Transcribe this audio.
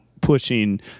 pushing